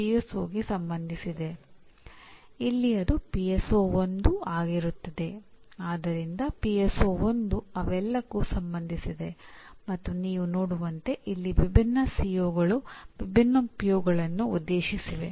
ಇಲ್ಲಿ ಪ್ರೋಗ್ರಾಂ ಕೇಂದ್ರಬಿಂದುವಾಗಿದೆ ಮತ್ತು ವೈಯಕ್ತಿಕ ಪಠ್ಯಕ್ರಮ ಅಲ್ಲ ಮತ್ತು ಸ್ಪೇಡಿಯವರು ಔಟ್ಕಮ್ ಬೇಸಡ್ ಎಜುಕೇಶನ್ನನ್ನು ಮಾಡಿದಂತೆ ಈ ಪರಿಣಾಮದ ಪರಿಕಲ್ಪನೆಯನ್ನು ಅದು ಉನ್ನತ ಶಿಕ್ಷಣಕ್ಕೂ ವಿಸ್ತರಿಸಿದೆ